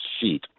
sheet